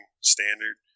standard